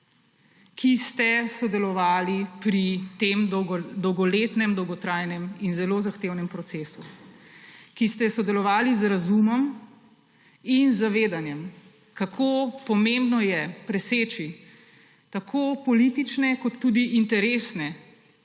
ki ste sodelovali pri tem dolgoletnem, dolgotrajnem in zelo zahtevnem procesu, ki ste sodelovali z razumom in zavedanjem, kako pomembno je preseči tako politične kot tudi interesne